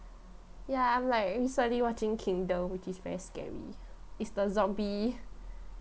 ya I'm like recently watching kingdom which is very scary it's the zombie